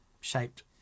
shaped